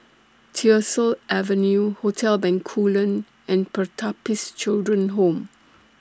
Tyersall Avenue Hotel Bencoolen and Pertapis Children Home